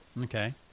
okay